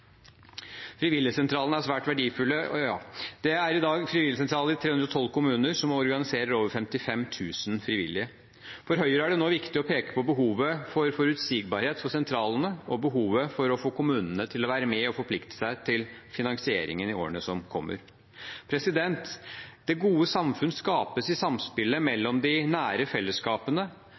Det er i dag frivilligsentraler i 312 kommuner, som organiserer over 55 000 frivillige. For Høyre er det nå viktig å peke på behovet for forutsigbarhet for sentralene og behovet for å få kommunene til å være med og forplikte seg til finansieringen i årene som kommer. Det gode samfunn skapes i samspillet mellom de nære fellesskapene,